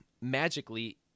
magically